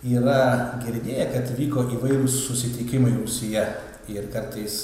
yra girdėję kad vyko įvairūs susitikimai rūsyje ir kartais